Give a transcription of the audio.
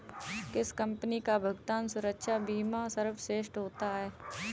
किस कंपनी का भुगतान सुरक्षा बीमा सर्वश्रेष्ठ होता है?